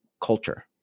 culture